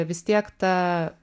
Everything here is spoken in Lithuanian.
vis tiek ta